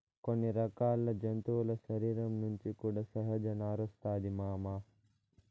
కొన్ని రకాల జంతువుల శరీరం నుంచి కూడా సహజ నారొస్తాది మామ